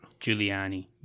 Giuliani